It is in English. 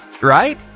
right